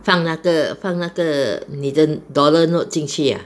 放那个放那个你的 dollar note 进去 ah